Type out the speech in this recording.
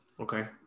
Okay